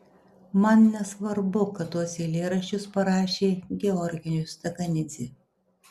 man nesvarbu kad tuos eilėraščius parašė georgijus dekanidzė